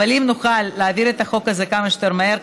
אם נוכל להעביר את החוק הזה כמה שיותר מהר,